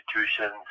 institutions